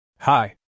Hi